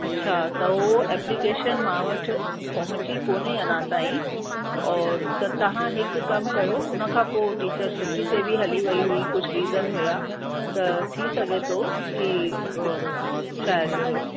अच्छा त उहो एप्लीकेशन मां वटि पहुंची कोन्हे अञा ताईं और त तव्हां हिक कम कयो हुनखां पोइ टीचर छुट्टी ते बि हली वयी हुई कुझु रीजन हुया त थी सघे थो की शायदि